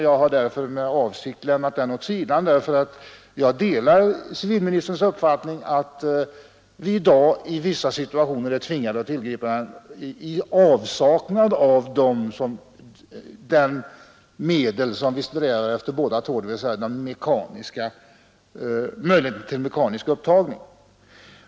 Jag har med avsikt lämnat den åt sidan, därför att jag delar civilministerns uppfattning att vi i dag i vissa situationer är tvingade att använda sådana metoder, i avsaknad av möjligheten till mekanisk upptagning som vi båda anser att man skall sträva mot.